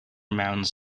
mounds